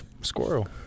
squirrel